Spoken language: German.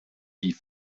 die